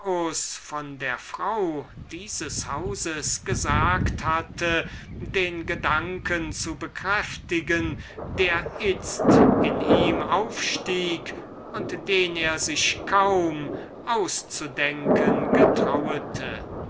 von der dame dieses hauses gesagt hatte den gedanken zu bekräftigen der in ihm aufstieg und den er sich kaum auszudenken getrauete